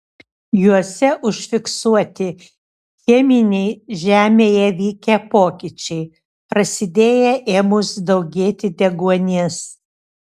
juose užfiksuoti cheminiai žemėje vykę pokyčiai prasidėję ėmus daugėti deguonies